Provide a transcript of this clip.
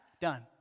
done